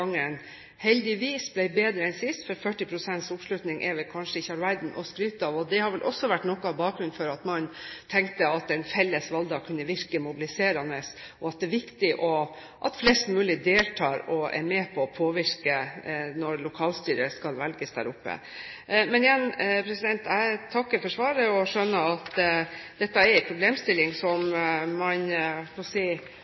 vel også vært noe av bakgrunnen for at man tenkte at en felles valgdag kunne virke mobiliserende, og at det er viktig at flest mulig deltar og er med på å påvirke når lokalstyret skal velges der oppe. Men igjen: Jeg takker for svaret og skjønner at dette er en problemstilling som